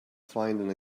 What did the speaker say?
find